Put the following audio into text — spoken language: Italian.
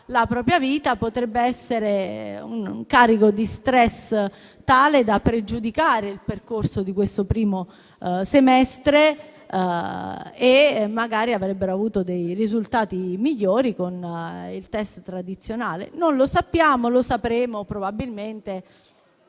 la propria vita potrebbe essere un carico di stress tale da pregiudicare il percorso del primo semestre, in cui magari avrebbero avuto dei risultati migliori con il *test* tradizionale. Non lo sappiamo; lo sapremo, probabilmente,